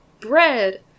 bread